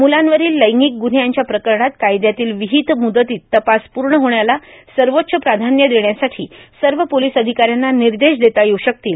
मुलांवरील लैंगिक गुन्ह्यांच्या प्रकरणात कायद्यातील विहित मुदतीत तपास पूर्ण होण्याला सर्वोच्च प्राधान्य देण्यांसाठी सर्व पोलीस अधिकाऱ्यांना निर्देश देता येऊ शकतील